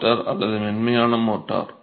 mortar அல்லது மென்மையான mortar